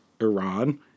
Iran